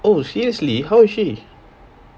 oh seriously how is she